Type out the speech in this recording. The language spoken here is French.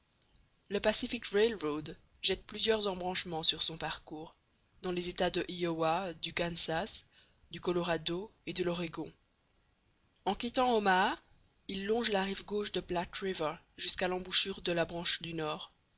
le pacific rail road jette plusieurs embranchements sur son parcours dans les états de iowa du kansas du colorado et de l'oregon en quittant omaha il longe la rive gauche de platte river jusqu'à l'embouchure de la branche du nord